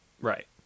Right